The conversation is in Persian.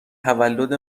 تولد